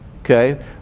Okay